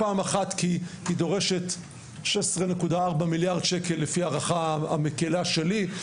פעם אחת כי היא דורשת 16.4 מיליארד שקל לפי הערכה מקלה שלי,